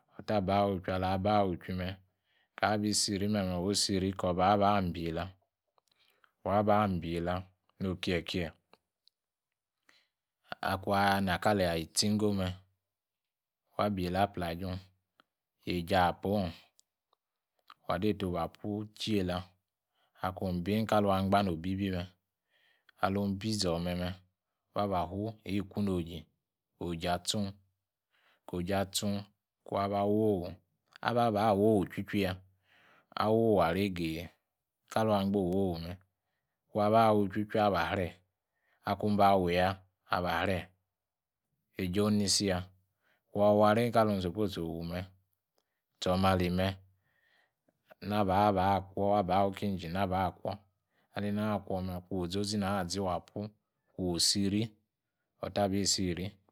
Ota bah awi chui, ala bah wichuri me, kaah bisiri meme, wu siri, kor bah mbiela no' kiekie akunayo na kali tsi ingo me, wa beela' plajun. Yejapaong, yeja" pong wa deta oba pu Achei laakun bi ka lun angbang bibime. alun bi zo mẽ mẽbiku kun aba itchitchiya. wo we nó wa Kalun oji atchun. aoji atchan wh, aba ba 'wowy awowy aregei angba owowu mé. ku aka wupi pi aba Sre; kun ba wu yang aba sre, Echeong inisiya. Akunawa re kalun sopos own me, zo ne ali ne, na babd kwo, na bawu kingine aba kwoo alena 'ba kwo me; akun ozozi haa'ba zi, wa pu; wcun osiri, otabisiri